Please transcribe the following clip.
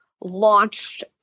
launched